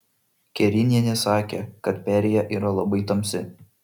kerinienė sakė kad perėja yra labai tamsi